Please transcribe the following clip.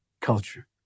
culture